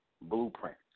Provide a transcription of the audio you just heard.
blueprint